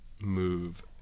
move